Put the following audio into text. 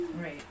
Right